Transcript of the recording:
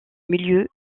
milieu